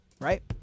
right